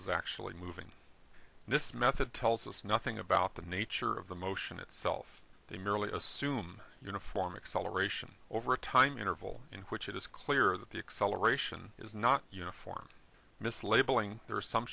is actually moving this method tells us nothing about the nature of the motion itself they merely assume uniform acceleration over a time interval in which it is clear that the acceleration is not uniform mislabeling the